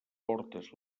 portes